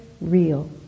real